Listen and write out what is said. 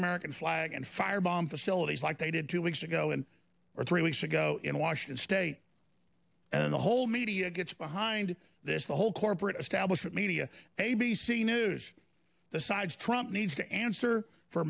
american flag and fire bomb facilities like they did two weeks ago and are three weeks ago in washington state and the whole media gets behind this the whole corporate establishment media a b c news the sides trump needs to answer for